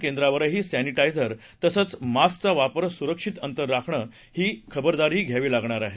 केंद्रावरही सॅनिटायझर तसंच मास्कचा वापर सुरक्षित अंतर राखणं ही खबरदारी घ्यावी लागणार आहे